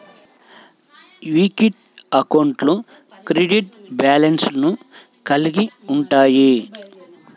equity అకౌంట్లు credit బ్యాలెన్స్లను కలిగి ఉంటయ్యి